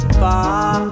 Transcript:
far